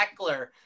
Eckler